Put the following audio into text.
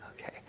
okay